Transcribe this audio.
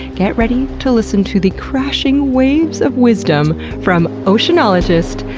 get ready to listen to the crashing waves of wisdom from oceanologist,